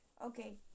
Okay